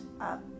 up